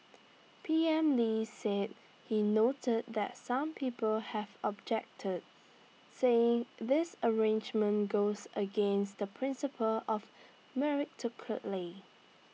P M lee said he noted that some people have objected saying this arrangement goes against the principle of